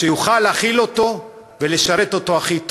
כדי שיוכל להכיל אותו ולשרת אותו הכי טוב.